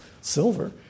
silver